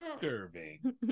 Curving